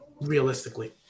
Realistically